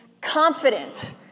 Confident